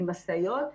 ממשאיות,